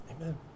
amen